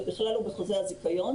זה בכלל לא בחוזה הזיכיון,